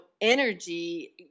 energy